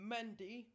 Mendy